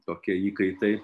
tokie įkaitai